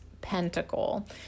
pentacle